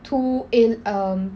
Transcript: two in um